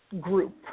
group